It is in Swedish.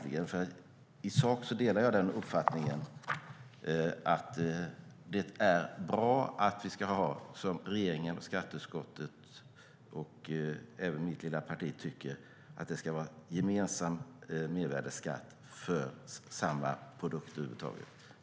I sak delar jag uppfattningen att det är bra att vi ska ha, som regeringen och skatteutskottet och även mitt lilla parti tycker, gemensam mervärdesskatt för samma produkter.